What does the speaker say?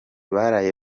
baraye